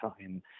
time